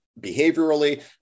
behaviorally